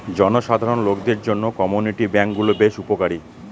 জনসাধারণ লোকদের জন্য কমিউনিটি ব্যাঙ্ক গুলো বেশ উপকারী